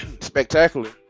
Spectacular